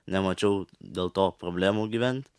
nemačiau dėl to problemų gyvent